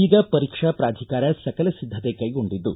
ಈಗ ಪರೀಕ್ಷಾ ಪ್ರಾಧಿಕಾರ ಸಕಲ ಸಿದ್ಧತೆ ಕೈಗೊಂಡಿದ್ದು